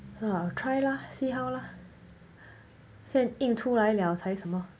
!huh! try lah see how lah 先印出来了才什么